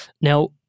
Now